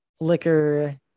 liquor